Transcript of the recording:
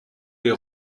les